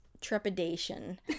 trepidation